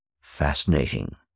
fascinating